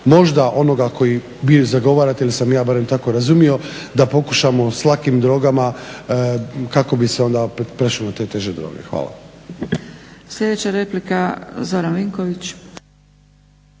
možda onoga koji vi zagovarate ili sam ja barem tako razumio da pokušamo s lakim drogama kako bi se onda prešlo na te teže droge. Hvala.